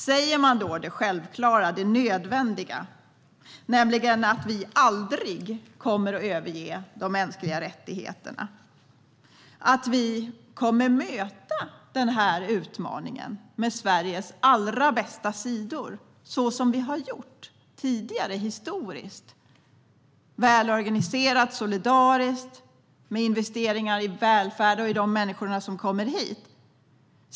Säger man det självklara och nödvändiga, nämligen att vi aldrig kommer att överge de mänskliga rättigheterna? Säger man att vi kommer att möta den här utmaningen med Sveriges allra bästa sidor så som vi har gjort historiskt sett - välorganiserat och solidariskt med investeringar i välfärd och i de människor som kommer hit?